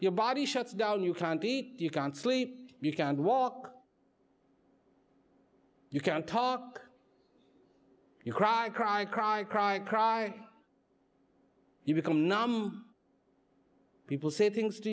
your body shuts down you can't eat you can't sleep you can't walk you can't talk you cry cry cry cry cry you become numb people say things to